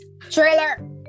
Trailer